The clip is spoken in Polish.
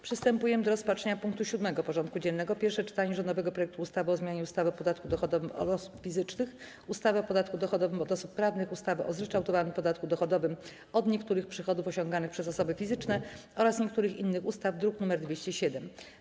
Przystępujemy do rozpatrzenia punktu 7. porządku dziennego: Pierwsze czytanie rządowego projektu ustawy o zmianie ustawy o podatku dochodowym od osób fizycznych, ustawy o podatku dochodowym od osób prawnych, ustawy o zryczałtowanym podatku dochodowym od niektórych przychodów osiąganych przez osoby fizyczne oraz niektórych innych ustaw (druk nr 207)